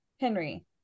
Henry